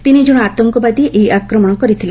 ତିନି ଜଣ ଆତଙ୍କବାଦୀ ଏହି ଆକ୍ରମଣ କରିଥିଲେ